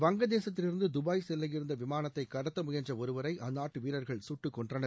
வங்கதேசத்திலிருந்து Dubai செல்ல இருந்த விமானத்தை கடத்த முயன்ற ஒருவரை அந்நாட்டு வீரர்கள் சுட்டுக்கொன்றனர்